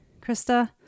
Krista